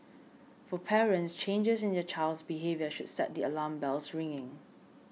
for parents changes in their child's behaviour should set the alarm bells ringing